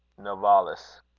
novalis.